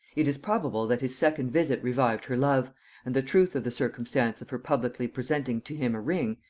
it is probable that his second visit revived her love and the truth of the circumstance of her publicly presenting to him a ring,